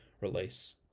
release